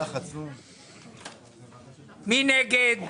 מי נגד?